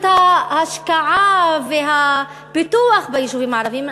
ההשקעה והפיתוח ביישובים הערביים.